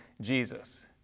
Jesus